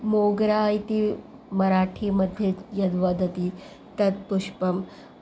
मोग्रा इति मराठी मध्ये यद्वदति तत् पुष्पं